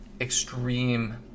extreme